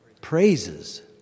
praises